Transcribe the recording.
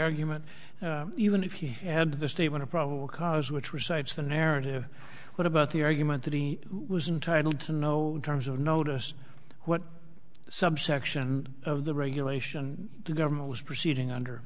argument even if he had the statement of probable cause which recites the narrative what about the argument that he was entitled to know terms of notice what subsection of the regulation the government was proceeding under